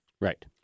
Right